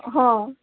অহ'